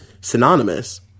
synonymous